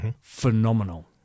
Phenomenal